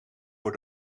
voor